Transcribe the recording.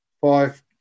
five